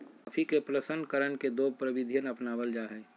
coffee के प्रशन करण के दो प्रविधियन अपनावल जा हई